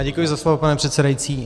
Děkuji za slovo, pane předsedající.